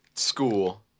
school